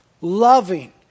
loving